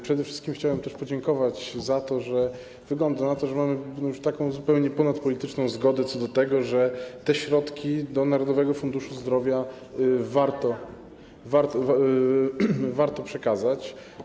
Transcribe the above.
Przede wszystkim chciałem też podziękować za to, że - wygląda na to - mamy już taką zupełnie ponadpolityczną zgodę co do tego, że te środki do Narodowego Funduszu Zdrowia warto przekazać.